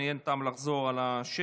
אני קובע כי הצעה זו עברה בקריאה ראשונה